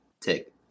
take